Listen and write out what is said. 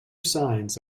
signs